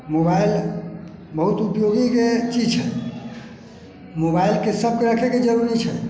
mobile बहुत उपयोगीके चीज छै मोबाइलके सबके रखैके जरूरी छै